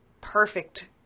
perfect